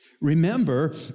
Remember